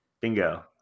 Bingo